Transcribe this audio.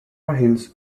hills